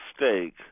mistake